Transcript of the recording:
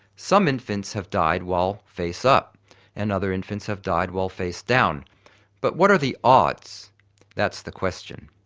some infants have died while face up and other infants have died while face down but what are the odds that's the question.